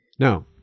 Now